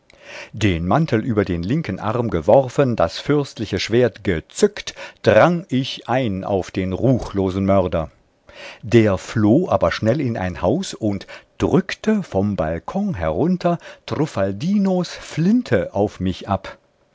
den mantel über den linken arm geworfen das fürstliche schwert gezückt drang ich ein auf den ruchlosen mörder der floh aber schnell in ein haus und drückte vom balkon herunter truffaldinos flinte auf mich ab